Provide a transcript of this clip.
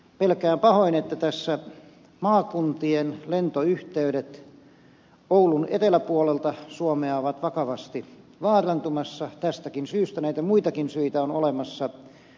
pelkään pahoin että tässä maakuntien lentoyhteydet oulun eteläpuolelta suomea ovat vakavasti vaarantumassa tästäkin syystä näitä muitakin syitä on olemassa